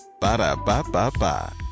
Ba-da-ba-ba-ba